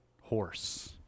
horse